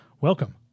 welcome